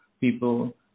people